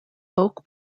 folk